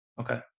Okay